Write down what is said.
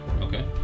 Okay